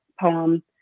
poem